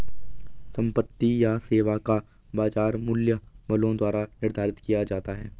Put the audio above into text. संपत्ति या सेवा का बाजार मूल्य बलों द्वारा निर्धारित किया जाता है